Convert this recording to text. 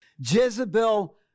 Jezebel